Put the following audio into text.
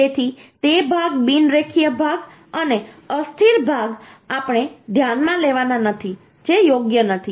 તેથી તે ભાગ બિનરેખીય ભાગ અને અસ્થિર ભાગ આપણે ધ્યાનમાં લેવાના નથી જે યોગ્ય નથી